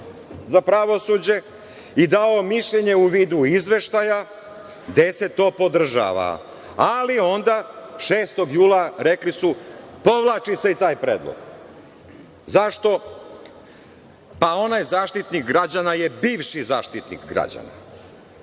za pravosuđe i dao mišljenje u vidu izveštaja, gde se to podržava. Ali, onda, 6. jula rekli su - povlači se i taj predlog. Zašto? Pa, onaj Zaštitnik građana je bivši Zaštitnik građana,